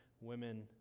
women